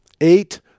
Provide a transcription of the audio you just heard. eight